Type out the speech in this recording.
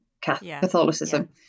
Catholicism